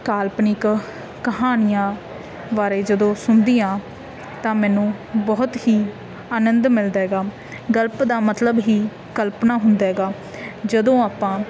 ਕਾਲਪਨਿਕ ਕਹਾਣੀਆਂ ਬਾਰੇ ਜਦੋਂ ਸੁਣਦੀ ਹਾਂ ਤਾਂ ਮੈਨੂੰ ਬਹੁਤ ਹੀ ਆਨੰਦ ਮਿਲਦਾ ਗਾ ਗਲਪ ਦਾ ਮਤਲਬ ਹੀ ਕਲਪਨਾ ਹੁੰਦਾ ਗਾ ਜਦੋਂ ਆਪਾਂ